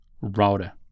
router